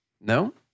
no